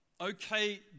okay